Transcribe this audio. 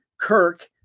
Kirk